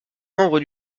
membres